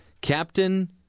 Captain